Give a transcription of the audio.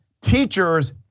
teachers